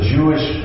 Jewish